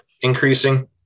increasing